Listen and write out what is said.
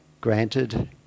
granted